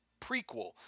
prequel